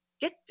get